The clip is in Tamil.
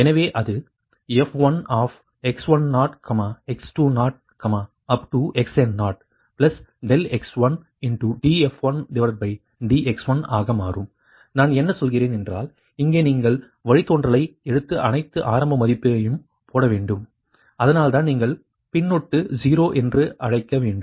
எனவே அது f1x10 x20up to xn0 ∆x1df1dx1 ஆக மாறும் நான் என்ன சொல்கிறேன் என்றால் இங்கே நீங்கள் வழித்தோன்றலை எடுத்து அனைத்து ஆரம்ப மதிப்பையும் போட வேண்டும் அதனால்தான் நீங்கள் பின்னொட்டு 0 என்று அழைக்க வேண்டும்